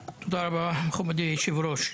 תודה רבה מכובדי היושב ראש.